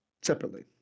separately